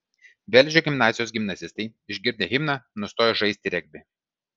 velžio gimnazijos gimnazistai išgirdę himną nustojo žaisti regbį